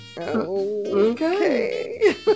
okay